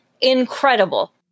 Incredible